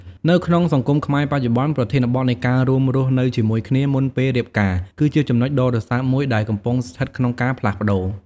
នៅក្នុងសង្គមខ្មែរបច្ចុប្បន្ន ប្រធានបទនៃការរួមរស់នៅជាមួយគ្នាមុនពេលរៀបការ គឺជាចំណុចដ៏រសើបមួយដែលកំពុងស្ថិតក្នុងការផ្លាស់ប្តូរ។